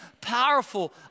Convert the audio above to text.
powerful